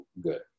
good